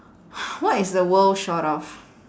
what is the world short of